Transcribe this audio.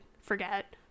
forget